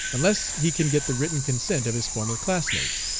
unless he can get the written consent of his former classmates.